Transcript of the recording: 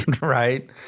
Right